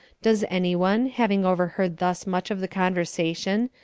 does anyone, having overheard thus much of the conversation,